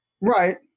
Right